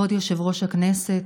כבוד היושב-ראש הכנסת,